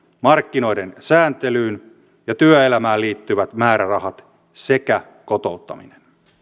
markkinoiden sääntelyyn ja työelämään liittyvät määrärahat sekä kotouttaminen